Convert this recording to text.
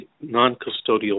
non-custodial